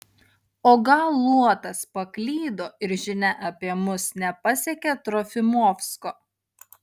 o gal luotas paklydo ir žinia apie mus nepasiekė trofimovsko